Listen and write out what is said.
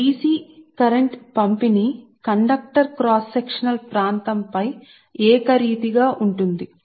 మరియు ఇది dc current కోసం ఏకరీతిగా ఉంటుంది